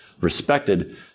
respected